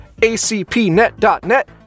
ACPnet.net